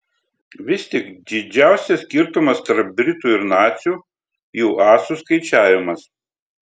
vis tik didžiausias skirtumas tarp britų ir nacių jų asų skaičiavimas